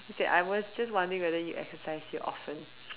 okay I was just wondering whether you exercise here often